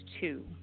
two